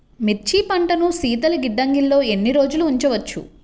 మిర్చి పంటను శీతల గిడ్డంగిలో ఎన్ని రోజులు ఉంచవచ్చు?